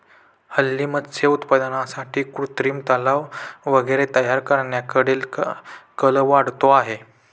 हल्ली मत्स्य उत्पादनासाठी कृत्रिम तलाव वगैरे तयार करण्याकडे कल वाढतो आहे